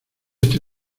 este